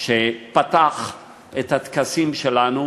שפתח את הטקסים שלנו,